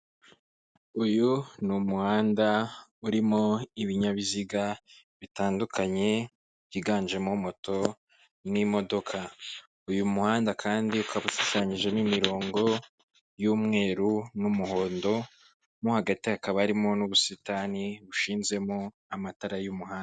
Uyu ni umuhanda urimo ibinyabiziga bitandukanye byiganjemo moto, n'imodoka. Uyu muhanda kandi ukaba ushushanyije n'imirongo y'umweru n'umuhondo mu hagati hakaba harimo n'ubusitani bushinzemo amatara y'umuhanda.